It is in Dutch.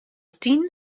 tien